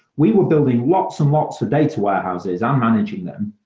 we were building lots and lots of data warehouses, i'm managing them,